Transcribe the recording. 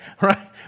right